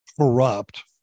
corrupt